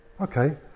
Okay